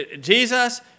Jesus